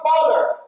father